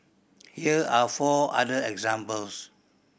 here are four other examples